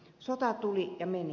sota tuli ja meni